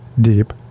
deep